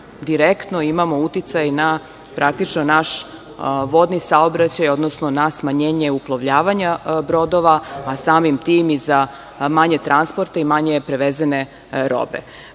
direktno imamo uticaj na praktično naš vodni saobraćaj, odnosno na smanjenje uplovljavanja brodova, a samim tim i za manje transporta i za manje prevezene robe. Iz